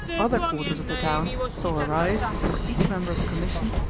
other quarters of the town saw arise, for each member of the commission,